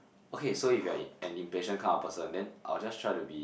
okay so if you're an an impatient kind of person then I'll just try to be